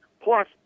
Plus